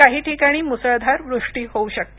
काही ठिकाणी मुसळदार वृष्टी होऊ शकते